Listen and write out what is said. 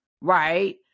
right